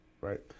right